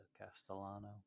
Castellano